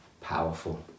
Powerful